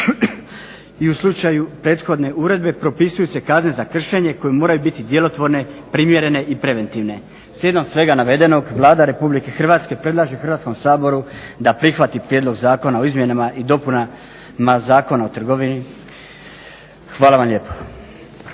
i u slučaju prethodne uredbe propisuju se kazne za kršenje koje moraju biti djelotvorne, primjerene i preventivne. Slijedom svega navedenog Vlada Republike Hrvatske predlaže Hrvatskom saboru da prihvati prijedlog Zakona o izmjenama i dopunama Zakona o trgovini. Hvala vam lijepo.